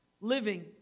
living